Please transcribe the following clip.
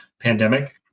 pandemic